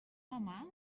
mamà